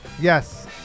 Yes